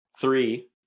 three